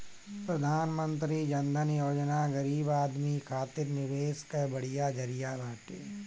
प्रधानमंत्री जन धन योजना गरीब आदमी खातिर निवेश कअ बढ़िया जरिया बाटे